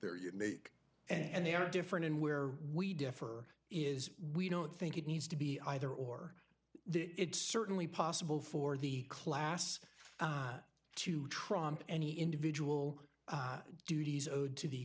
they're unique and they are different and where we differ is we don't think it needs to be either or it's certainly possible for the class to trump any individual duties owed to the